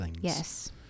yes